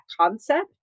concept